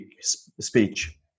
speech